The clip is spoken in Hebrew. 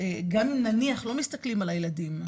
גם אם נניח לא מסכלים על הילדים,